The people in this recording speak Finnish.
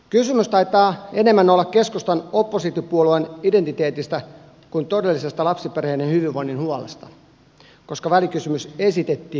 kysymys taitaa enemmän olla keskustan oppositiopuolueen identiteetistä kuin todellisesta lapsiperheiden hyvinvoinnin huolesta koska välikysymys esitettiin ennen aikojaan